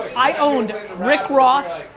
i owned rick ross,